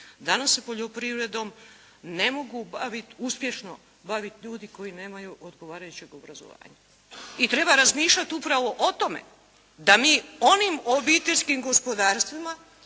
danas se poljoprivredom ne mogu bavit, uspješno bavit ljudi koji nemaju odgovarajućeg obrazovanja. I treba razmišljat upravo o tome da ni onim obiteljskim gospodarstvima